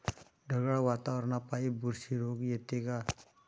ढगाळ वातावरनापाई बुरशी रोग येते का?